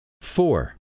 Four